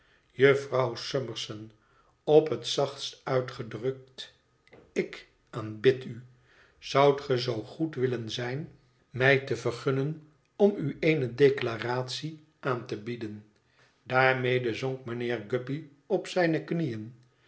jufvrouw summerson op het zachtst uitgedrukt ik aanbid u zoudt ge zoo goed willen zijn mij te vergunnen om u eene declaratie aan te bieden daarmede zonk mijnheer guppy op zijne knieën